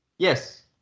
Yes